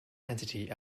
entity